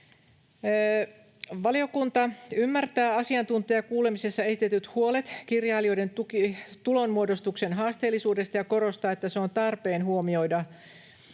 Valiokunta ymmärtää asiantuntijakuulemisessa esitetyt huolet kirjailijoiden tulonmuodostuksen haasteellisuudesta ja korostaa, että se on tarpeen huomioida